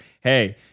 hey